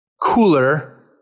cooler